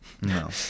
No